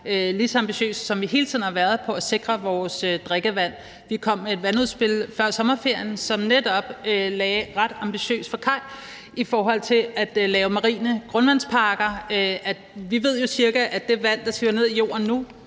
lige så ambitiøse, som vi hele tiden har været, i forhold til at sikre vores drikkevand. Vi kom med et vandudspil før sommerferien, som netop lagde ret ambitiøst fra kaj i forhold til at lave marine grundvandsparker. Vi ved jo, at det vand, der siver ned i jorden nu,